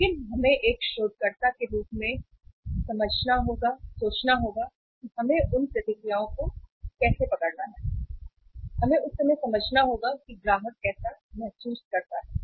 लेकिन हमें एक शोधकर्ता के रूप में एक शोधकर्ता के रूप में सोचना होगा हमें उन प्रतिक्रियाओं को पकड़ना होगा और हमें उस समय समझना होगा कि ग्राहक कैसा महसूस करता है